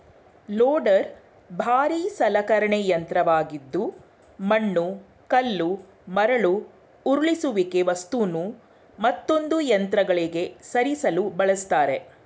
loader ಭಾರೀ ಸಲಕರಣೆ ಯಂತ್ರವಾಗಿದ್ದು ಮಣ್ಣು ಕಲ್ಲು ಮರಳು ಉರುಳಿಸುವಿಕೆ ವಸ್ತುನು ಮತ್ತೊಂದು ಯಂತ್ರಗಳಿಗೆ ಸರಿಸಲು ಬಳಸ್ತರೆ